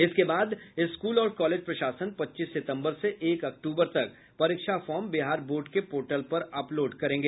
इसके बाद स्कूल और कॉलेज प्रशासन पच्चीस सितम्बर से एक अक्टूबर तक परीक्षा फार्म बिहार बोर्ड के पोर्टल पर अपलोड करेगा